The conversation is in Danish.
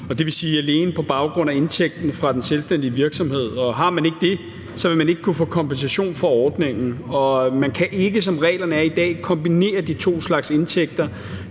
dvs. alene på baggrund af indtægten fra den selvstændige virksomhed, og har man ikke det, så vil man ikke kunne få kompensation fra ordningen. Man kan ikke, som reglerne er i dag, kombinere de to slags indtægter,